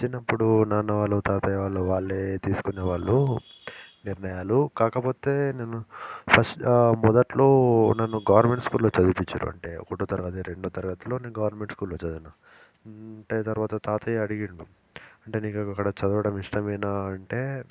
చిన్నప్పుడు నాన్న వాళ్ళు తాతయ్య వాళ్ళు వాళ్ళే తీసుకునేవాళ్ళు నిర్ణయాలు కాకపోతే నేను ఫస్ట్ మొదట్లో నన్ను గవర్నమెంట్ స్కూల్లో చదివించారు అంటే ఒకటో తరగతి రెండవ తరగతిలో నేను గవర్నమెంట్ స్కూల్లో చదివాను అంటే తరువాత తాతయ్య అడిగాడు అంటే నీకు అక్కడ చదవడం ఇష్టమేనా అంటే